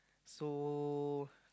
so